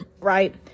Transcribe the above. right